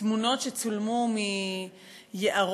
תמונות שצולמו מיערות,